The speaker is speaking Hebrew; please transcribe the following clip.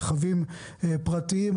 רכבים פרטיים,